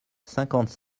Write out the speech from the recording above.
cinquante